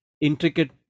intricate